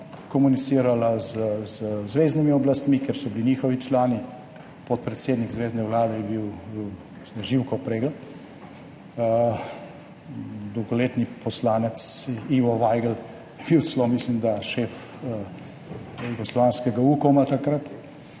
komunicirala z zveznimi oblastmi, kjer so bili njihovi člani, podpredsednik zvezne vlade je bil Živko Pregl, dolgoletni poslanec Ivo Vajgl je bil takrat celo, mislim, da šef jugoslovanskega Ukoma ali